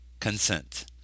Consent